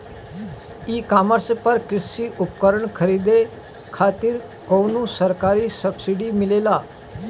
ई कॉमर्स पर कृषी उपकरण खरीदे खातिर कउनो सरकारी सब्सीडी मिलेला?